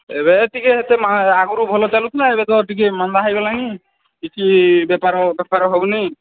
ଏବେ ଟିକେ ଏତେ ଆଗରୁ ଭଲ ଚାଲୁଥିଲା ନା ଏବେ ତ ଟିକେ ମନ୍ଦା ହେଇଗଲାଣି କିଛି ବେପାର ଫେପାର ହଉନି